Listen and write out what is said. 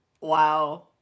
Wow